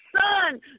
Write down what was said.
Son